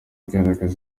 igaragaza